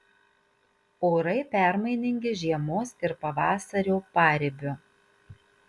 orai permainingi žiemos ir pavasario paribiu